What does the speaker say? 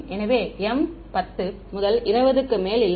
எனவே m 10 முதல் 20 க்கு மேல் இல்லை